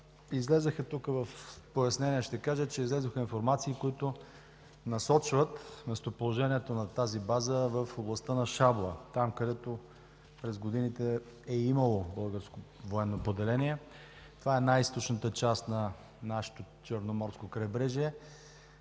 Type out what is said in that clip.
Добрич? В пояснение ще кажа, че излязоха информации, които насочват местоположението на тази база в областта на Шабла, където през годините е имало българско военно поделение. Това е най-източната част на нашето Черноморско крайбрежие.